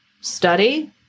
study